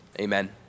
amen